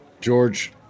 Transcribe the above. George